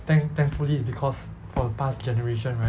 thank thankfully it's because for the past generation right